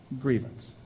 grievance